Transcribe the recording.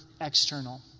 external